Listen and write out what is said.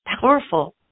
powerful